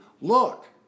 look